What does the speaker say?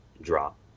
drop